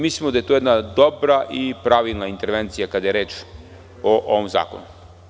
Mislimo da je to jedna dobra i pravilna intervencija kada je reč o ovom zakonu.